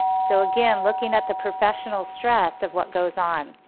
so again, looking at the professional stress of what goes on.